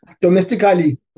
domestically